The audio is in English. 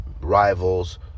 Rivals